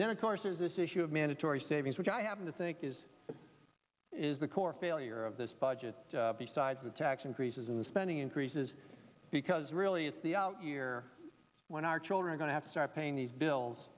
then of course there's this issue of mandatory savings which i happen to think is is the core failure of this budget besides the tax increases and the spending increases because really it's the out year when our children are going to have to start paying these bills